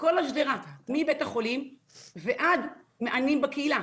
לכל השדרה מבית החולים ועד מענים בקהילה.